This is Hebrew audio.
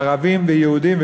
ערבים ויהודים,